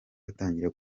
batangira